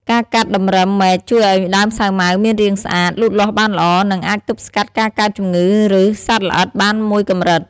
ការកាត់តម្រឹមមែកជួយឲ្យដើមសាវម៉ាវមានរាងស្អាត លូតលាស់បានល្អ និងអាចទប់ស្កាត់ការកើតជំងឺឬសត្វល្អិតបានមួយកម្រិត។